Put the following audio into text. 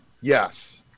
yes